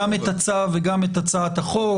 גם את הצו וגם את הצעת החוק.